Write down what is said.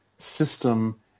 system